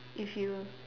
if you